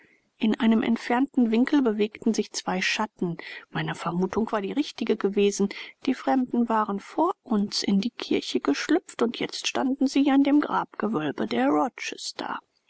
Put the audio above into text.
in einem entfernten winkel bewegten sich zwei schatten meine vermutung war die richtige gewesen die fremden waren vor uns in die kirche geschlüpft und jetzt standen sie an dem grabgewölbe der